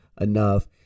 enough